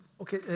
Okay